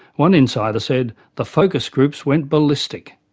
one insider said the focus groups went ballistic.